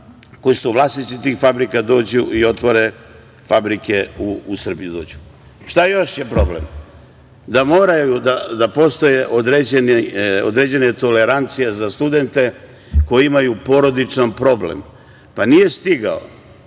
koji su vlasnici tih fabrika, da dođu i otvore fabrike u Srbiji. Šta je još problem? Moraju da postoje određene tolerancije za studente koji imaju porodičan problem pa nije stigao